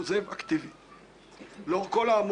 אף